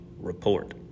report